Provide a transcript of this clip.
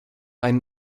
einen